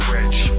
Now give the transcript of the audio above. Rich